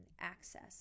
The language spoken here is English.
access